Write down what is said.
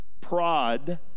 prod